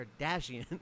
Kardashian